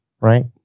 right